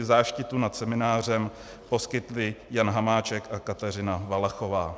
Záštitu nad seminářem poskytli Jan Hamáček a Kateřina Valachová.